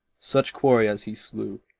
such quarry as he slew.